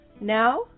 Now